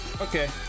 okay